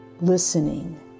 listening